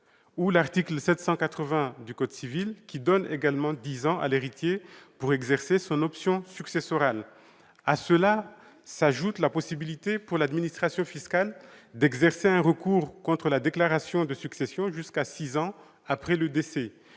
à l'article 780 du code civil, aux termes duquel l'héritier a dix ans pour exercer son option successorale. À cela s'ajoute la possibilité pour l'administration fiscale d'exercer un recours contre la déclaration de succession jusqu'à six ans après le décès.